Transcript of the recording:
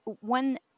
one